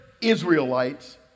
Israelites